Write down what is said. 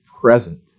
present